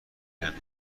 هند